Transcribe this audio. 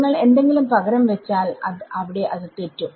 നിങ്ങൾ എന്തെങ്കിലും പകരം വെച്ചാൽ അവിടെ തെറ്റ് വരും